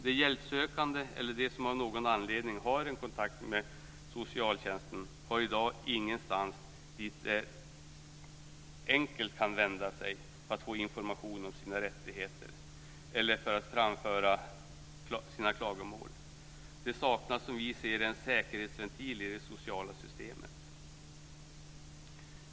De hjälpsökande eller de som av någon anledning har en kontakt med socialtjänsten har i dag ingen instans dit de enkelt kan vända sig för att få information om sina rättigheter eller för att framföra sina klagomål. Det saknas som vi ser det en säkerhetsventil i det sociala systemet.